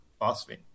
phosphine